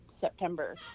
September